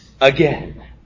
again